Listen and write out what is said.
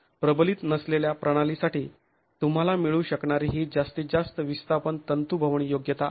प्रबलित नसलेल्या प्रणालीसाठी तुम्हाला मिळू शकणारी ही जास्तीत जास्त विस्थापन तंतूभवन योग्यता आहे